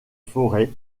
forêts